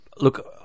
look